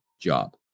job